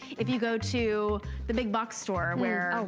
if you go to the big box store where,